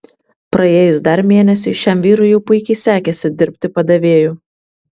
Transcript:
praėjus dar mėnesiui šiam vyrui jau puikiai sekėsi dirbti padavėju